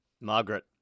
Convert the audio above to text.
Margaret